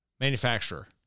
Manufacturer